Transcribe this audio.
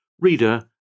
Reader